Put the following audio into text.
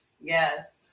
Yes